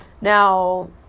Now